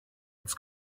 its